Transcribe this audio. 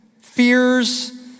fears